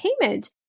payment